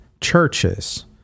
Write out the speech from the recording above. Churches